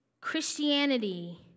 Christianity